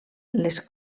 les